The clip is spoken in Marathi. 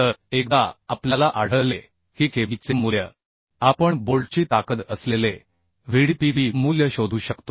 तर एकदा आपल्याला आढळले की Kb चे मूल्य आपण बोल्टची ताकद असलेले VdPb मूल्य शोधू शकतो